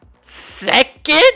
second